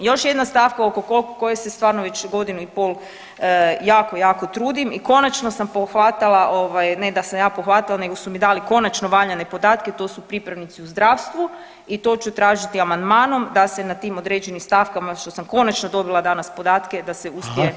Još jedna stavka oko se stvarno već godinu i pol jako, jako trudim i konačno sam pohvatala ovaj ne da sam ja pohvatala nego su mi dali konačno valjane podatke, to su pripravnici u zdravstvu i to ću tražiti amandmanom da se na tim određenim stavaka što sam konačno dobila danas podatke da uspije [[Upadica: Hvala.]] osigurati sredstva.